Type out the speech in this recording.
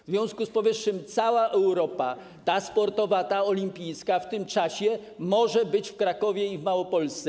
W związku z powyższym cała Europa, ta sportowa, ta olimpijska, w tym czasie może być w Krakowie, w Małopolsce.